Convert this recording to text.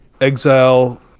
Exile